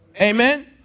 Amen